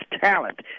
talent